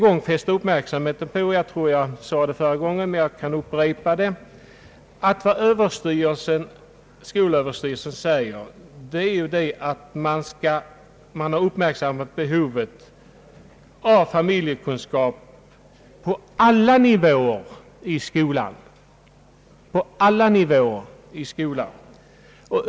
Jag tror att jag sade det förra gången, men jag vill i så fall upprepa det, att skolöverstyrelsen framhållit att man har uppmärksammat behovet av familjekunskap på alla nivåer i skolan.